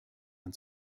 man